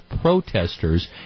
protesters